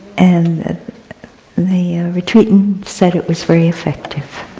and the retreatant said it was very effective.